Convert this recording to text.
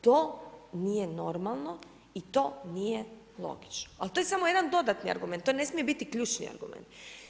To nije normalno, i to nije logično, al’ to je samo jedan dodatni argument, to ne smije biti ključni argument.